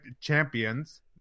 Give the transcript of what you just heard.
champions